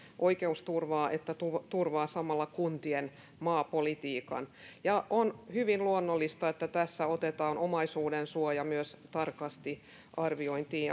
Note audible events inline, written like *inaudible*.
oikeusturvaa että turvaa samalla kuntien maapolitiikan ja on hyvin luonnollista että tässä otetaan omaisuudensuoja myös tarkasti arviointiin *unintelligible*